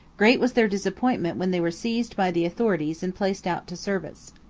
great was their disappointment when they were seized by the authorities and placed out to service.